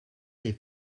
les